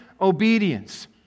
obedience